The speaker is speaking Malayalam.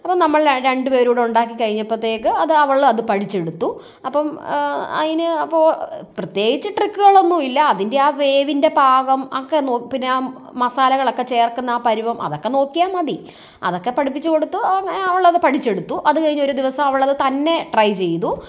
അപ്പം നമ്മൾ രണ്ടു പേരും കൂടി ഉണ്ടാക്കി കഴിഞ്ഞപ്പത്തേക്ക് അത് അവളത് പഠിച്ചെടുത്തു അപ്പം അതിന് അപ്പോൾ പ്രത്യേകിച്ച് ട്രിക്കുകളൊന്നുമില്ല അതിൻ്റെ ആ വേവിൻ്റെ പാകം ഒക്കെ നോ പിന്നെയാ മസാലകളൊക്കെ ചേർക്കുന്ന ആ പരിവം അതൊക്കെ നോക്കിയാൽ മതി അതൊക്കെ പഠിപ്പിച്ചു കൊടുത്തു അങ്ങനെ അവളത് പഠിച്ചെടുത്തു അത് കഴിഞ്ഞ് ഒരു ദിവസം അവളത് തന്നേ ട്രൈ ചെയ്തു